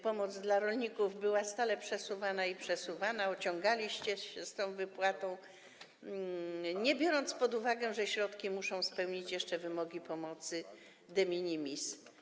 Pomoc dla rolników była stale przesuwana i przesuwana, ociągaliście się z tą wypłatą, nie braliście pod uwagę, że środki muszą spełnić jeszcze wymogi pomocy de minimis.